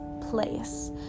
place